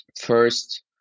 First